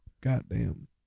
goddamn